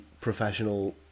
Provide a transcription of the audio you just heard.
professional